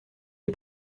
les